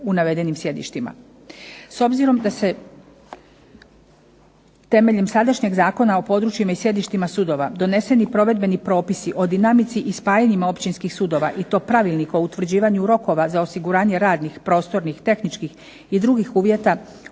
S obzirom da se temeljem sadašnjeg Zakona o područjima i sjedištima sudova doneseni provedbeni propisi o dinamici i spajanjima općinskih sudova i to Pravilnikom o utvrđivanju rokova za osiguranje radnih, prostornih, tehničkih i drugih uvjeta